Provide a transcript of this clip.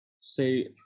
say